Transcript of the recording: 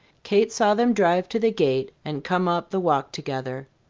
kate saw them drive to the gate and come up the walk together.